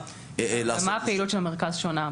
במה הפעילות של המרכז שונה?